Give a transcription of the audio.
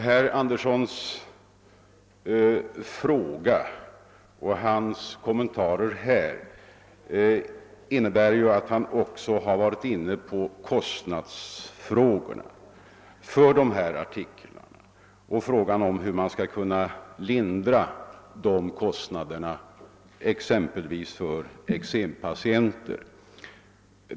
Herr Andersson gick i sina kommentarer också in på kostnaderna för ifrågavarande artiklar och på frågan om hur man skall kunna lindra dessa kostnader, exempelvis för eksempatienter.